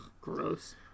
Gross